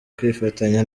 kwifatanya